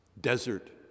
desert